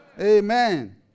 Amen